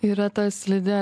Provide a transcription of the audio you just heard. yra ta slidi